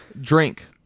Drink